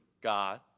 God